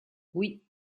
oui